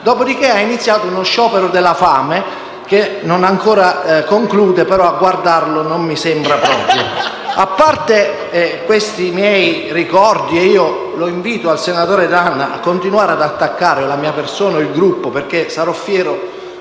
Dopodiché ha iniziato uno sciopero della fame che non ha ancora concluso (però a guardarlo non mi sembra abbia effetti). *(Ilarità).* A parte questi miei ricordi - e invito il senatore D'Anna a continuare ad attaccare la mia persona o il Gruppo perché sarò fiero